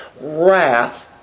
wrath